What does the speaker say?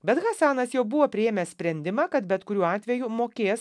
bet hasanas jau buvo priėmęs sprendimą kad bet kuriuo atveju mokės